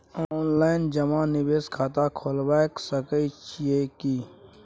Online जमा निवेश खाता खुलाबय सकै छियै की?